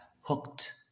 hooked